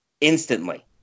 instantly